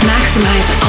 Maximize